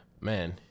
man